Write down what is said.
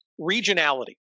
Regionality